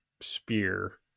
spear